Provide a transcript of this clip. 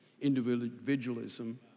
individualism